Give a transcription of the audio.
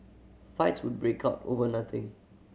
fights would break out over nothing